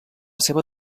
seva